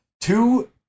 Two